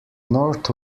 north